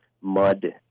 mud